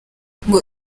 ngo